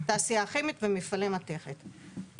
תעשייה כימית ומפעלי מתכת.